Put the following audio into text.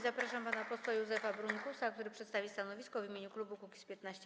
Zapraszam pana posła Józefa Brynkusa, który przedstawi stanowisko w imieniu klubu Kukiz’15.